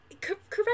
correct